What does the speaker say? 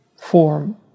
form